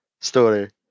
Story